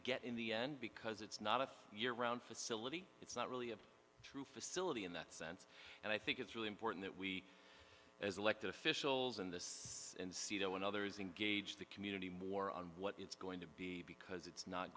get in the end because it's not a year round facility it's not really a true facility in that sense and i think it's really important that we as elected officials in this and see when others engage the community more on what it's going to be because it's not